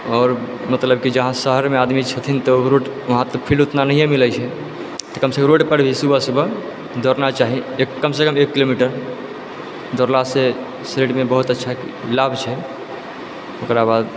आओर मतलब की जहाँ शहरमे आदमी छथिन तऽ वहाँ तऽ फील्ड उतना नैहे मिलै छै तऽ कमसँ कम रोडपर भी सुबह सुबह दौड़ना चाही एक कमसँ कम एक किलोमीटर दौड़लासँ शरीरमे बहुत अच्छा लाभ छै ओकराबाद